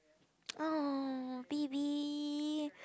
oh baby